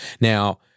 Now